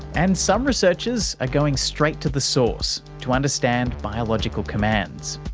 and some researchers are going straight to the source to understand biological commands.